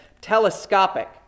telescopic